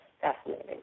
fascinating